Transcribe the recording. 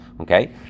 okay